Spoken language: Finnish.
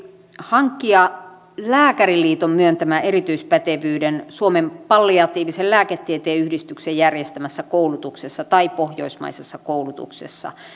hankkia lääkäriliiton myöntämän erityispätevyyden suomen palliatiivisen lääketieteen yhdistyksen järjestämässä koulutuksessa tai pohjoismaisessa koulutuksessa